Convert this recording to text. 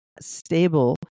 stable